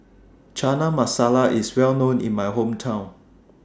Chana Masala IS Well known in My Hometown